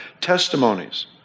testimonies